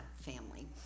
family